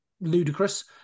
ludicrous